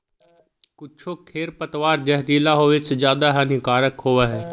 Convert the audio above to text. कुछो खेर पतवार जहरीला होवे से ज्यादा हानिकारक होवऽ हई